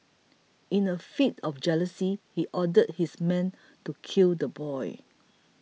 in a fit of jealousy he ordered his men to kill the boy